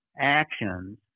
actions